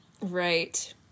right